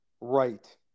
right